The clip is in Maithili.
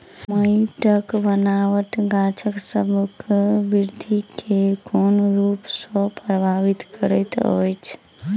माइटक बनाबट गाछसबक बिरधि केँ कोन रूप सँ परभाबित करइत अछि?